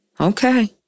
Okay